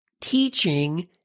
teaching